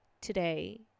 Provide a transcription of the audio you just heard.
today